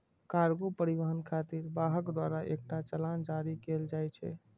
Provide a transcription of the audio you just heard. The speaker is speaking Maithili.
कार्गो परिवहन खातिर वाहक द्वारा एकटा चालान जारी कैल जाइ छै